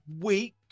week